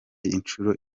inshuro